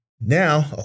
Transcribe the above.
Now